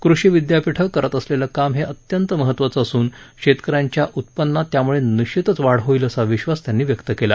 कृषी विद्यापीठं करत असलेले काम हे अत्यंत महत्वाचं असून शेतकऱ्यांच्या उत्पन्नात त्यामुळे निश्चितच वाढ होईल असा विश्वास त्यांनी व्यक्त केला